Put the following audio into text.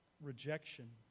rejection